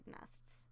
nests